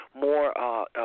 more